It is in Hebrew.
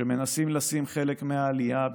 כשמנסים לשים חלק מהעלייה בספק,